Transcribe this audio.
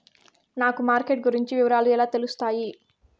నాకు మార్కెట్ గురించి వివరాలు ఎలా తెలుస్తాయి?